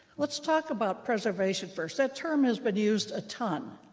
let's talk about preservation first. that term has been used a ton,